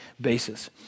basis